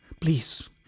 Please